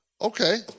okay